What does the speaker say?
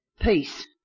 peace